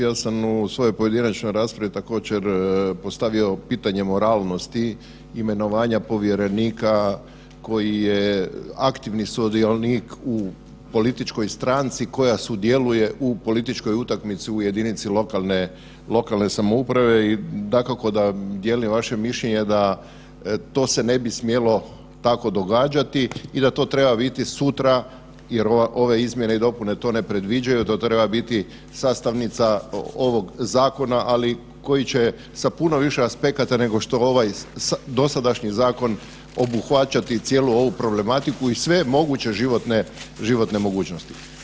Ja sam u svojoj pojedinačnoj raspravi također postavio pitanje moralnosti imenovanja povjerenika koji je aktivni sudionik u političkoj stranci koja sudjeluje u političkoj utakmici u jedinici lokalne samouprave i dakako da dijelim vaše mišljenje da to se ne bi smjelo tako događati i da to treba vidjeti sutra jer ove izmjene i dopune to ne predviđaju, to treba biti sastavnica ovog zakona, ali koji će sa puno više aspekata nego što ovaj dosadašnji zakon obuhvaćati cijelu ovu problematiku i sve moguće životne mogućnosti.